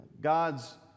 God's